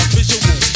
visual